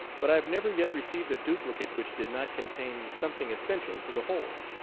but i have never yet received a duplicate which did not contain something essential to the whole.